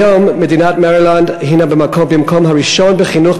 כיום מדינת מרילנד הנה במקום הראשון בחינוך